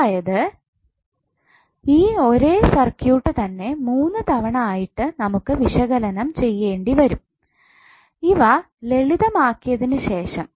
അതായത് ഈ ഒരേ സർക്യൂട്ട് തന്നെ മൂന്നുതവണ ആയിട്ട് നമുക്ക് വിശകലനം ചെയ്യേണ്ടി വരും ഇവ ലളിതം ആക്കിയതിനു ശേഷം